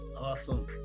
Awesome